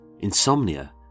insomnia